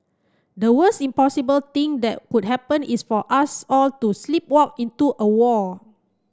the worst impossible thing that could happen is for us all to sleepwalk into a war